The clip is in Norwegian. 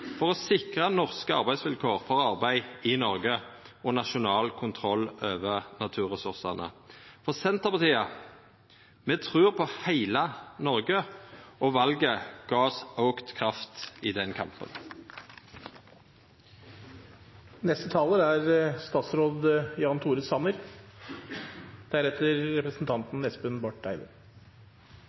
for å sikra norske arbeidsvilkår for arbeid i Noreg og nasjonal kontroll over naturressursane. For Senterpartiet trur på heile Noreg, og valet gav oss auka kraft i den